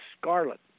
scarlet